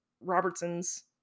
robertson's